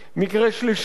מקרה שלישי: